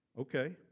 okay